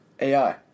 AI